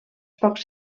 pocs